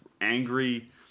angry